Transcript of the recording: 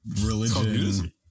religion